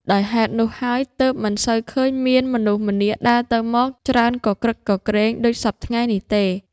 ដោយហេតុនោះហើយ ទើបមិនសូវឃើញមានមនុស្សម្នាដើរទៅ-មក ច្រើនគគ្រឹកគគ្រេងដូចសព្វថ្ងៃនេះទេ